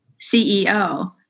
CEO